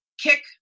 kick